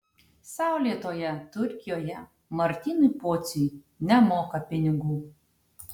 saulėtoje turkijoje martynui pociui nemoka pinigų